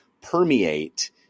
permeate